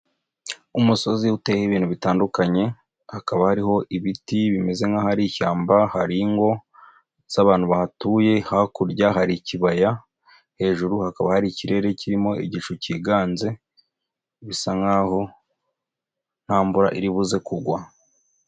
Umusozi uteyeho ibintu bitandukanye hakaba hariho ibiti bimeze nkaho ari ishyamba, hari ingo z'abantu bahatuye, hakurya hari ikibaya, hejuru hakaba hari ikirere kirimo igicu kiganze, bisa nkaho nta mvura iribuze kugwa.